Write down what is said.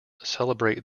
celebrate